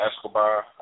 Escobar